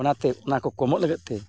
ᱚᱱᱟᱛᱮ ᱚᱱᱟ ᱠᱚ ᱠᱚᱢᱚᱜ ᱞᱟᱹᱜᱤᱫ ᱛᱮ